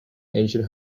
ancient